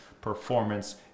performance